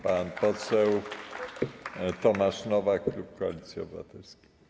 Pan poseł Tomasz Nowak, klub Koalicji Obywatelskiej.